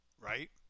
right